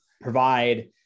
provide